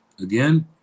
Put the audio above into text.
Again